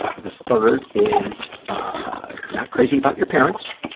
ah the third is ah not crazy about your parents.